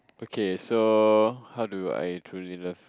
okay so how do I truly love